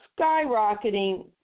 skyrocketing